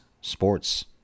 sports